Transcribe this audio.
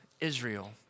Israel